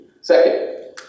second